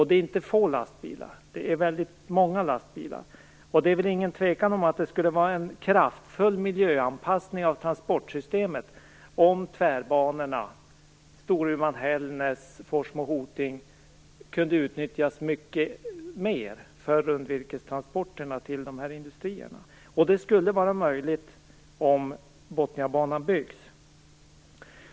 Det är inte få lastbilar, det är väldigt många lastbilar. Det råder väl inget tvivel om att det skulle vara en kraftfull miljöanpassning av transportsystemet om tvärbanorna Storuman-Hällnäs, Forsmo-Hoting kunde utnyttjas mycket mer för rundvirkestransporterna till de här industrierna. Och det skulle vara möjligt om Botniabanan byggs.